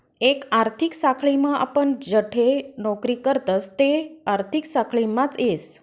एक आर्थिक साखळीम आपण जठे नौकरी करतस ते आर्थिक साखळीमाच येस